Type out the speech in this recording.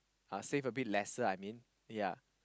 uh save a bit lesser I mean ya